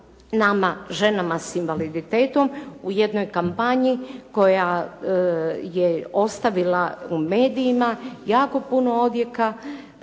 nama ženama s invaliditetom u jednoj kampanji koja je ostavila u medijima jako puno odjeka.